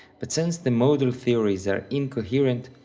but since the modal theories are incoherent,